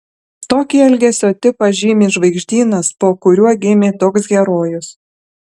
tokį elgesio tipą žymi žvaigždynas po kuriuo gimė toks herojus